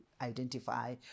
identify